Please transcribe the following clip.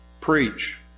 preach